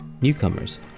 newcomers